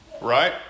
right